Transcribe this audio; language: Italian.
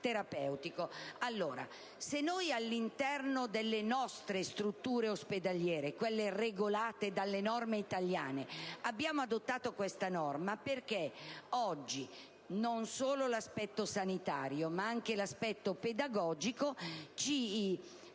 terapeutico. Se all'interno delle nostre strutture ospedaliere, quelle regolate dalle norme italiane, abbiamo adottato questa norma è perché oggi non solo l'aspetto sanitario, ma anche quello pedagogico ci